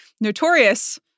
Notorious